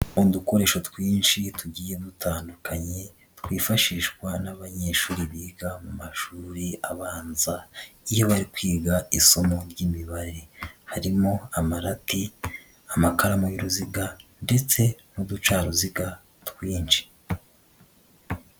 Udukoresho twinshi tugiye dutandukanye twifashishwa n'abanyeshuri biga mu mashuri abanza iyo bari kwiga isomo ry'Imibare harimo amarati, amakaramu y'uruziga ndetse n'uducaruziga twinshi.